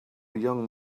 young